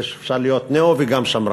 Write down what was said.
אפשר להיות ניאו וגם שמרן,